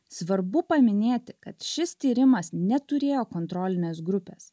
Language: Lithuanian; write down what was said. svarbu paminėti kad šis tyrimas neturėjo kontrolinės grupės